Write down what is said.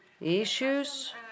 issues